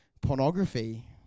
pornography